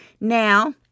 Now